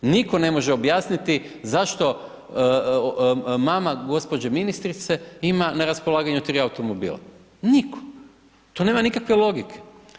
Nitko ne može objasniti zašto mama gđe. ministrice ima na raspolaganju 3 automobila, nitko, to nema nikakve logike.